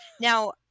Now